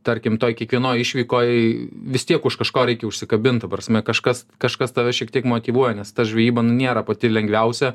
tarkim toj kiekvienoj išvykoj vis tiek už kažko reikia užsikabint ta prasme kažkas kažkas tave šiek tiek motyvuoja nes ta žvejyba nu nėra pati lengviausia